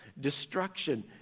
Destruction